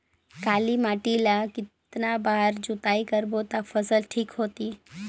काली माटी ला कतना बार जुताई करबो ता फसल ठीक होती?